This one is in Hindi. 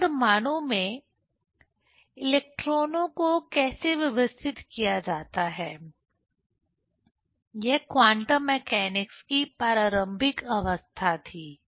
तो परमाणु में इलेक्ट्रॉनों को कैसे व्यवस्थित किया जाता है यह क्वांटम मैकेनिकस की प्रारंभिक अवस्था थी